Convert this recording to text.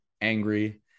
angry